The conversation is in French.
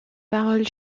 paroles